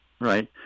right